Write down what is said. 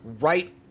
right